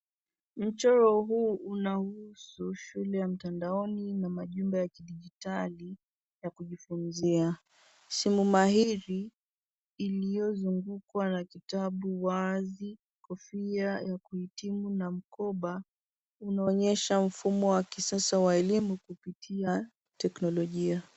Mchoro huu unahusu shule ya mtandaoni na majumbe ya kidijitali ya kujifunzia. Simu mahiri iliyozungukwa na kitabu wazi, kofia ya kuhitimu na mkoba unaonyesha mfumo wa kisasa wa elimu kupitia teknolojia.